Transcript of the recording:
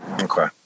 Okay